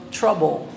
trouble